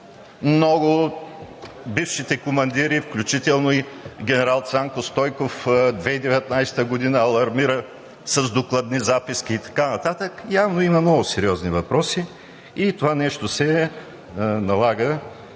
Много от бившите командири, включително и генерал Цанко Стойков, в 2019 г. алармира с докладни записки и така нататък. Явно е, че има много сериозни въпроси и това нещо се налага,